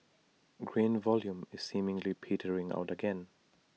grain volume is seemingly petering out again